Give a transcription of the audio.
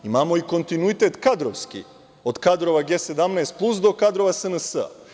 Imamo i kontinuitet kadrovski od kadrova G17 plus do kadrova SNS.